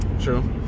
true